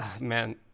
man